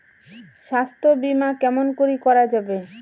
স্বাস্থ্য বিমা কেমন করি করা যাবে?